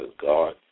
God